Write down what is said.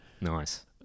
Nice